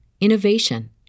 innovation